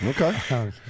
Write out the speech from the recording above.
Okay